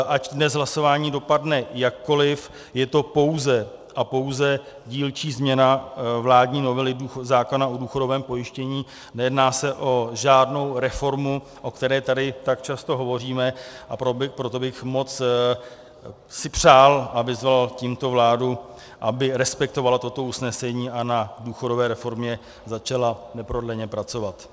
Ať dnes hlasování dopadne jakkoliv, je to pouze a pouze dílčí změna vládní novely zákona o důchodovém pojištění, nejedná se o žádnou reformu, o které tady tak často hovoříme, a proto bych si moc přál a vyzval tímto vládu, aby respektovala toto usnesení a na důchodové reformě začala neprodleně pracovat.